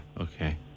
okay